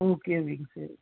okay ஓகேங்க sir